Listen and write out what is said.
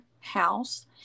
house